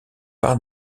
par